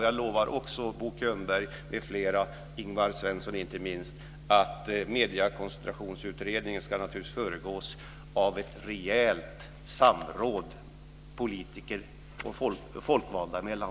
Jag lovar också Bo Könberg m.fl., Ingvar Svensson inte minst, att Mediekoncentrationsutredningen naturligtvis ska förgås av ett rejält samråd politiker och folkvalda emellan.